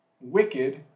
wicked